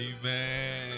amen